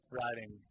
riding